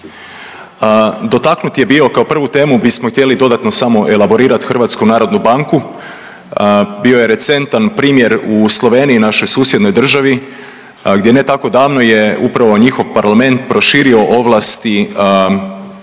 Dotaknut je bio kao prvu temu bismo htjeli dodatno samo elaborirat HNB, bio je recentan primjer u Sloveniji našoj susjednoj državi gdje ne tako davno je upravo njihov parlament proširio ovlasti